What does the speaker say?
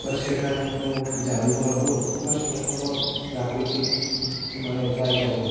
বা সেটা কোনো জাদুঘর হোক বা সেটা কোনো প্রাকৃতিক মানে জায়গাই হোক